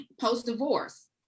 post-divorce